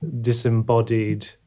disembodied